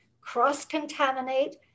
cross-contaminate